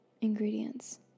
Ingredients